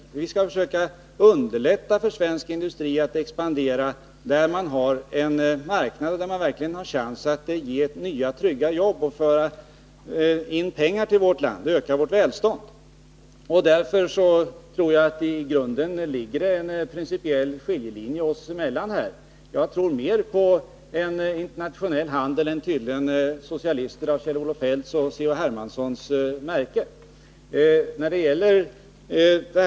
Vi skall försöka underlätta för svensk industri att expandera, där man har en marknad och verkligen har chans att ge nya trygga jobb, föra in pengar till vårt land och öka vårt välstånd. Jag tror att det i grunden ligger en principiell skiljelinje oss emellan här. Jag tror mer på en internationell handel än vad socialister av Kjell-Olof Feldts och Carl-Henrik Hermanssons märke tydligen gör.